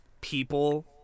people